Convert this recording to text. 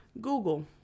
google